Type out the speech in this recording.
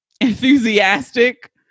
enthusiastic